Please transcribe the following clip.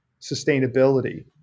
sustainability